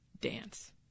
dance